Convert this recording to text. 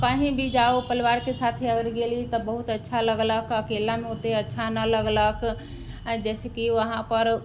कहीँ भी जाउ परिवारके साथे अगर गेली तऽ बहुत अच्छा लगलक अकेलामे ओतेक अच्छा न लगलक जैसेकि वहाँपर